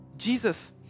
Jesus